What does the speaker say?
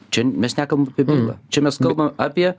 čia mes nekalbam apie bylą čia mes kalbam apie